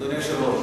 להשיב אחריו?